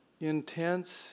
intense